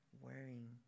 wearing